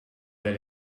but